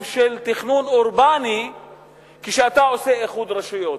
של תכנון אורבני כשאתה עושה איחוד רשויות.